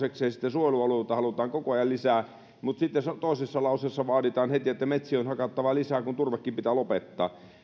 metsiä toisekseen suojelualueita halutaan koko ajan lisää mutta sitten toisessa lauseessa vaaditaan heti että metsiä on hakattava lisää kun turvekin pitää lopettaa